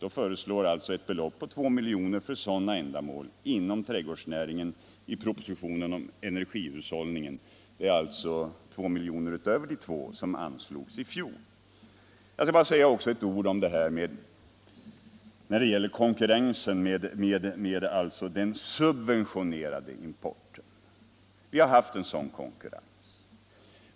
I propositionen om energihushållningen föreslår regeringen 2 milj.kr. till sådana ändamål inom trädgårdsnäringen. Det är alltså 2 milj.kr. utöver de 2 som anslogs i fjol. Jag vill säga några ord när det gäller konkurrensen med den subventionerade importen. Vi har haft en sådan konkurrens.